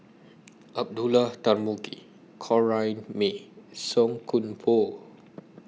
Abdullah Tarmugi Corrinne May and Song Koon Poh